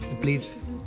Please